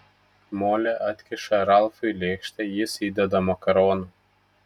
molė atkiša ralfui lėkštę jis įdeda makaronų